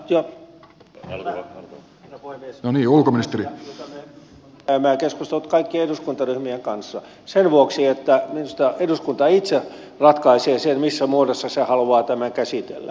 tämä on asia josta joudumme käymään keskustelut kaikkien eduskuntaryhmien kanssa sen vuoksi että minusta eduskunta itse ratkaisee sen missä muodossa se haluaa tämän käsitellä